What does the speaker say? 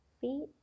feet